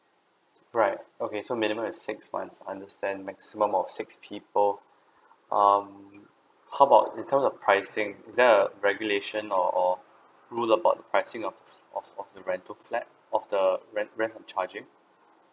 right okay so minimum is six months understand maximum of six people um how about in term of pricing is there a regulation or or rule about the pricing of of of the rental flat of the rent rent of charging